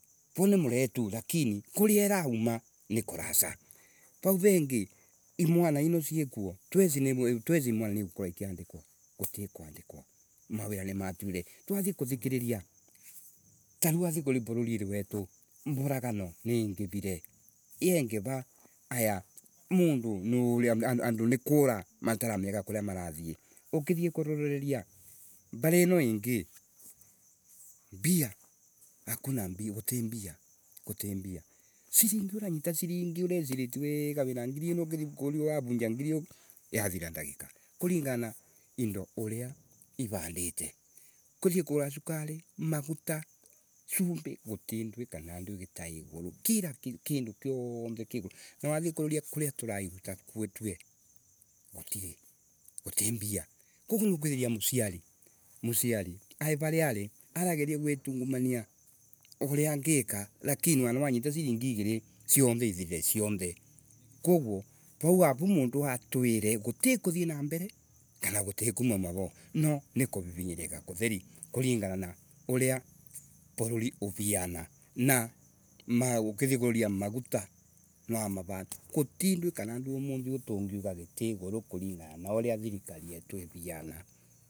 Vau nimuretu lakini, kuria nikurana. Imwana icio aikuo tweci niotweci niigukorwa ikiandikwa, guti kuandikwa mawira, ni maturire, twathii kuthikiriria, tariu wathii kwi vururiri wetu mburagano niingirire; yengira. Aya, muunfu niaaandu nikura mataramenyeka kuria Marathi, ukithii kuroreria mbarino ingi mbia hakuna mbia, guti mbia, guti mbia. Siringi, siringi uranuita siringi ureciratie wega wina ngiri ukithii kuroria warunja ngirio yathira ndigika kuringana na indo uri irandite. Kuthii kugura cukari, maguta, cumbi, guti ndui kana ndui gikai igurukira kitu kiothe ki iguru. Na wathii kuroria kuria turairuta tue gutiri. Guti mbia. Koguo niukwithiria muciari, muciari, ai varia ari, arageri gwi tungumania uria ngika lakini wana anyita siringi igiri siothe ithirire siothe. Kogoo vau wav au mundu atwire gutikuthii na mbere kana gutikuuma uuma vo. No, nikuririnyika kutheri kuringana na uria vururi uriana na maa ukithii kuroria magut ni marandu. Guti ndui tungiuga umuthi gitiiguru kuringana na uria thirikari yetu iriana.